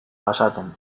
jasaten